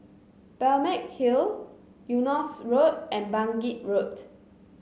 Balmeg Hill Eunos Road and Bangkit Road